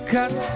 Cause